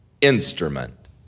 instrument